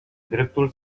dreptul